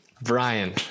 Brian